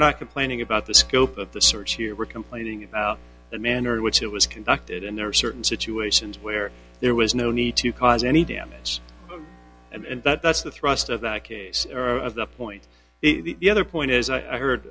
we're not complaining about the scope of the search here we're complaining about the manner in which it was conducted and there are certain situations where there was no need to cause any damage and that's the thrust of that case the point the other point is i heard